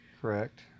Correct